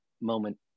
moment